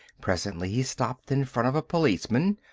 presently he stopped in front of a policeman.